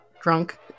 drunk